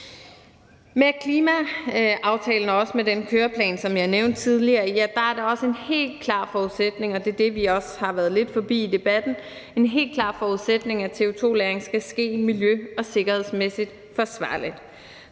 Med klimaaftalen og med den køreplan, som jeg nævnte tidligere, er det også en helt klar forudsætning, og det er det, vi har været lidt forbi i debatten, at CO2-lagring skal ske miljø- og sikkerhedsmæssigt forsvarligt.